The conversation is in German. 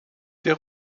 der